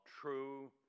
true